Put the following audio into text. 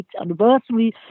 anniversary